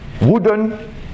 wooden